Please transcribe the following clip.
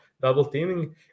double-teaming